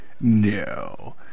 No